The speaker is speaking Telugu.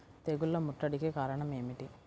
తెగుళ్ల ముట్టడికి కారణం ఏమిటి?